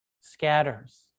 scatters